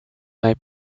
mij